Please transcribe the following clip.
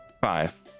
Five